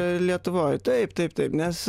lietuvoj taip taip taip nes